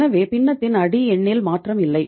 எனவே பின்னத்தின் அடி எண்ணில் மாற்றம் இல்லை